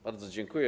Bardzo dziękuję.